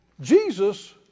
Jesus